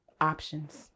options